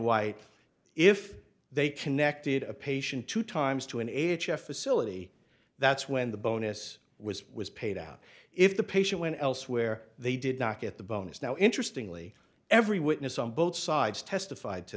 white if they connected a patient two times to an a t f facility that's when the bonus was was paid out if the patient when elsewhere they did not get the bonus now interestingly every witness on both sides testif